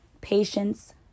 patience